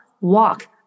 Walk